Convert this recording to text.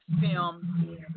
film